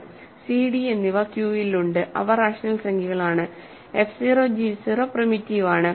c d എന്നിവ Q യിൽ ഉണ്ട് അവ റാഷണൽ സംഖ്യകളാണ് f 0 g 0 പ്രിമിറ്റീവ് ആണ്